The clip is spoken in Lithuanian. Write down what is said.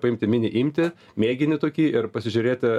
paimti mini imtį mėginį tokį ir pasižiūrėti